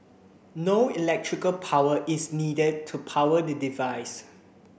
no electrical power is needed to power the device